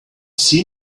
see